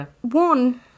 one